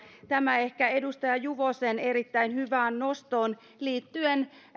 tämä ehkä edustaja juvosen erittäin hyvään nostoon liittyen